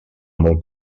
molt